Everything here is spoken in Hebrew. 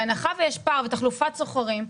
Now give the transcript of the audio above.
בהנחה שיש פער ותחלופת שוכרים,